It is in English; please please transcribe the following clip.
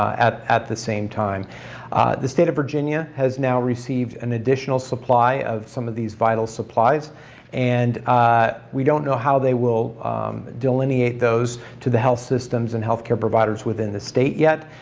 at at the same time the state of virginia has now received an additional supply of some of these vital supplies and we don't know how they will delineate those to the health systems and healthcare providers within the state yet,